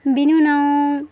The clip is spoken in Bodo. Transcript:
बेनि उनाव